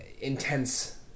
intense